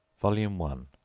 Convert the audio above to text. volume one,